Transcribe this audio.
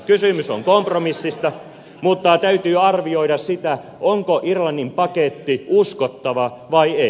kysymys on kompromissista mutta täytyy arvioida sitä onko irlannin paketti uskottava vai ei